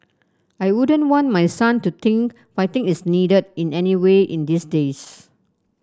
I wouldn't want my son to think fighting is needed in any way in these days